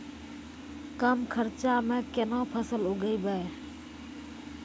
कम खर्चा म केना फसल उगैबै?